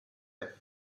fifth